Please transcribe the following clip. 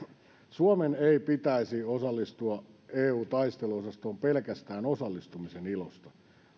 suomen ei pitäisi osallistua eu taisteluosastoon pelkästään osallistumisen ilosta